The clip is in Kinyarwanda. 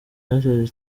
united